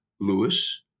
Lewis